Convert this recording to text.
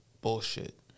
Bullshit